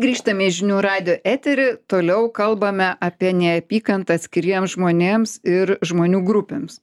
grįžtame į žinių radijo etery toliau kalbame apie neapykantą atskiriems žmonėms ir žmonių grupėms